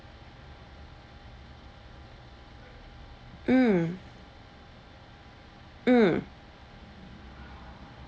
mm mm